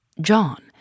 John